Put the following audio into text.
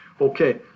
Okay